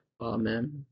Amen